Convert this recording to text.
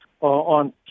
on